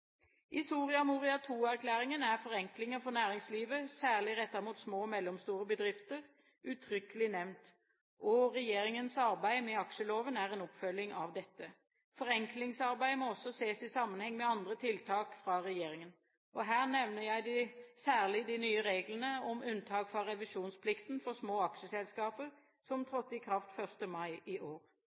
I Soria Moria II-erklæringen er forenklinger for næringslivet – særlig rettet mot små og mellomstore bedrifter – uttrykkelig nevnt, og regjeringens arbeid med aksjeloven er en oppfølging av dette. Forenklingsarbeidet må også ses i sammenheng med andre tiltak fra regjeringen. Her nevner jeg særlig de nye reglene om unntak fra revisjonsplikten for små aksjeselskaper som trådte i kraft 1. mai i år.